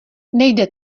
nejde